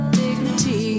dignity